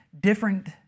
different